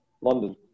London